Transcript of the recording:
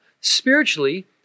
Spiritually